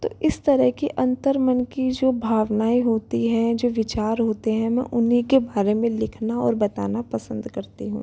तो इस तरह की अंतर्मन की जो भावनाएँ होती हैं जो विचार होते हैं मैं उन्हीं के बारे में लिखना और बताना पसंद करती हूँ